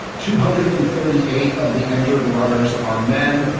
two hundred and thirty eight of the entered runners are men,